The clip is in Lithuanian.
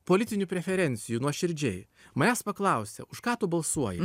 politinių preferencijų nuoširdžiai manęs paklausia už ką tu balsuoji